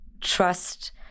trust